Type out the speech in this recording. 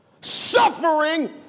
suffering